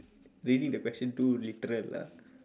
maybe the question too literal lah